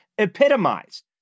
Epitomized